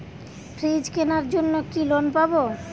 Fridge কেনার জন্য কি লোন পাব?